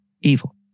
evil